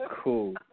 cool